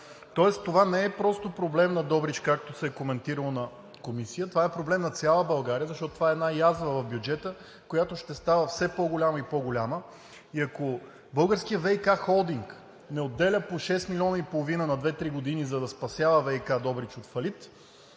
Тоест това не е просто проблем на Добрич, както се е коментирало на Комисията. Това е проблем на цяла България, защото това е една язва в бюджета, която ще става все по-голяма и по-голяма и ако българският ВиК холдинг не отделя по 6 милиона и половина на две три години, за да спасява ВиК – Добрич, от фалит,